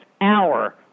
Hour